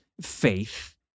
faith